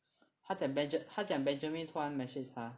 他讲 Benja~ 他讲 Benjamin 突然 message 他